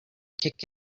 kick